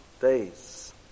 days